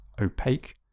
opaque